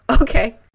Okay